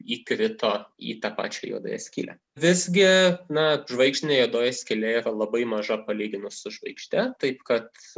įkrito į tą pačią juodąja skyle visgi na žvaigždinė juodoji skylė labai maža palyginus su žvaigžde taip kad